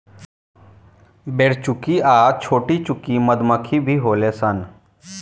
बरेचुकी आ छोटीचुकी मधुमक्खी भी होली सन